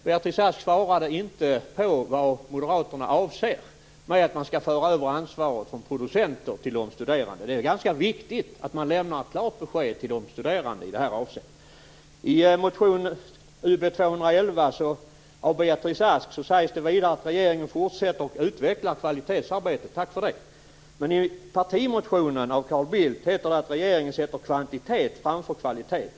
Beatrice Ask svarade inte på vad Moderaterna avser mer än att de skall föra över ansvaret från producenter till de studerande. Det är ganska viktigt att man lämnar klart besked till de studerande i detta avseende. I motion Ub211 av Beatrice Ask sägs det vidare att regeringen fortsätter att utveckla kvalitetsarbetet. Tack för det. Men i partimotionen med Carl Bildt som första namn heter det att regeringen sätter kvantitet framför kvalitet.